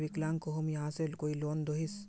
विकलांग कहुम यहाँ से कोई लोन दोहिस?